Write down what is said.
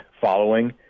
following